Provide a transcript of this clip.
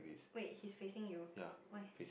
wait he's facing you why